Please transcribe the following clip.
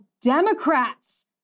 Democrats